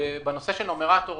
בנושא של נומרטור,